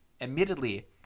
admittedly